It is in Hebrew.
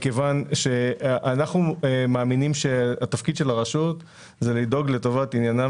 אנחנו מאמינים שהתפקיד של הרשות הוא לדאוג לטובת עניינם